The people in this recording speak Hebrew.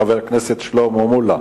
חבר הכנסת שלמה מולה.